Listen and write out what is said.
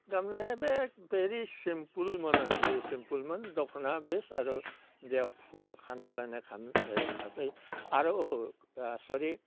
गाननाया बे भेरि सिमपोलमोन आरो बेरि सिमपोलमोन दख'ना बेस्ट आरो बेयाव फु खाना लानाय खानसै आरो